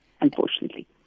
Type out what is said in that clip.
unfortunately